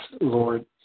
Lord